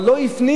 אבל לא הפנימו,